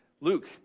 luke